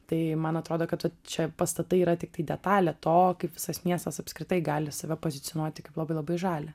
tai man atrodo kad va čia pastatai yra tiktai detalė to kaip visas miestas apskritai gali save pozicionuoti kaip labai labai žalią